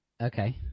Okay